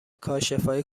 کاشفای